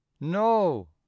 no